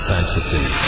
Fantasy